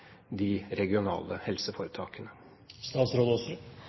De regionale